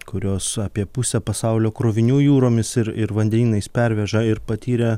kurios apie pusę pasaulio krovinių jūromis ir ir vandenynais perveža ir patyrė